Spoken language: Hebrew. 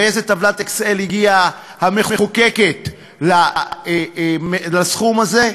באיזה טבלת "אקסל" הגיעה המחוקקת לסכום הזה.